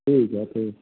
ठीक है ठीक है